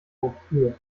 wofür